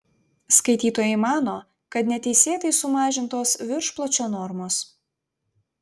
skaitytojai mano kad neteisėtai sumažintos viršpločio normos